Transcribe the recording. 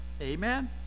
amen